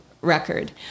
record